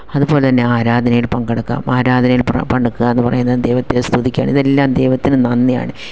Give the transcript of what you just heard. അതുപോലെതന്നെ ആരാധനയിൽ പങ്കെടുക്കാം ആരാധനയിൽ പങ്കെടുക്കുക എന്ന് പറയുന്നത് ദൈവത്തെ സ്തുതിക്കുകയാണ് ഇതെല്ലാം ദൈവത്തിന് നന്ദിയാണ്